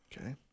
Okay